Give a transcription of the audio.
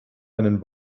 einen